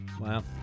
Wow